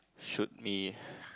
shoot me